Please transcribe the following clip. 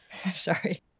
Sorry